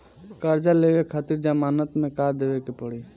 कर्जा लेवे खातिर जमानत मे का देवे के पड़ी?